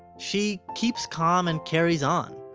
she, keeps calm and carries on.